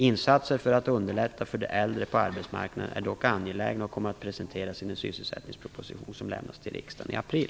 Insatser för att underlätta för de äldre på arbetsmarknaden är dock angelägna och kommer att presenteras i den sysselsättningsproposition som lämnas till riksdagen i april.